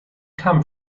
come